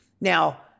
now